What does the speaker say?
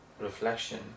reflection